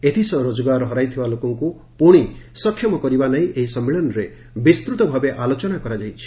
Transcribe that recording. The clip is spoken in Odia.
ଏଥିସହ ରୋଜଗାର ହରାଇଥିବା ଲୋକଙ୍କୁ ପୁଣି ସକ୍ଷମ କରିବା ନେଇ ଏହି ସମ୍ମିଳନୀରେ ବିସ୍ତୃତ ଭାବେ ଆଲୋଚନା ହେଉଛି